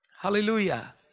Hallelujah